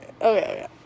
okay